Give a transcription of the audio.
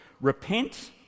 Repent